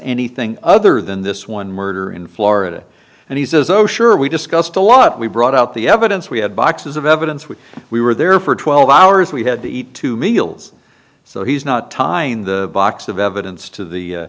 anything other than this one murder in florida and he says oh sure we discussed a lot we brought out the evidence we had boxes of evidence when we were there for twelve hours we had to eat two meals so he's not tying the box of evidence to the